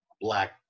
black